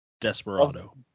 Desperado